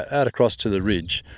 out across to the ridge,